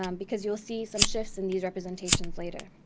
um because you will see some shifts in these representations later.